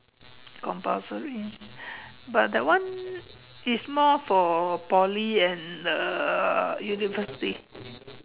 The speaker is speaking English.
compulsory but that one is more for Poly and the university